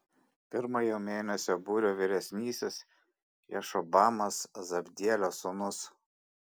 pirmojo mėnesio būrio vyresnysis jašobamas zabdielio sūnus